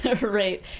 Right